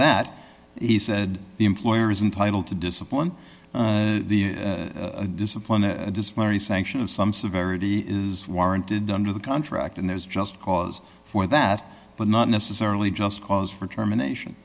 that he said the employer is entitle to discipline the discipline a disciplinary sanction of some severity is warranted under the contract and there's just cause for that but not necessarily just cause for termination